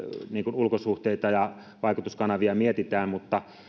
ulkosuhteita ja vaikutuskanavia mietitään mutta